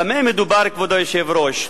במה מדובר, כבוד היושב-ראש?